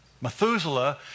Methuselah